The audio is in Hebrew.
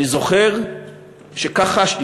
אני זוכר שכך חשתי.